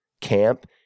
camp